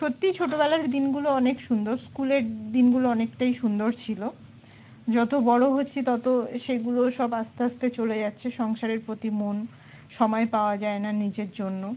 সত্যিই ছোটোবেলার দিনগুলো অনেক সুন্দর স্কুলের দিনগুলো অনেকটাই সুন্দর ছিল যত বড়ো হচ্ছি তত সেগুলো সব আস্তে আস্তে চলে যাচ্ছে সংসারের প্রতি মন সময় পাওয়া যায় না নিজের জন্য